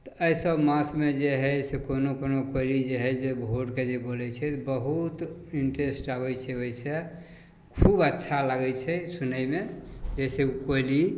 तऽ एहिसब मासमे जे हइ से कोनो कोनो कोइली जे हइ से भोरके जे बोलै छै बहुत इन्टेरेस्ट आबै छै ओहिसँ खूब अच्छा लागै छै सुनैमे जइसे ओ कोइली